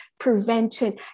Prevention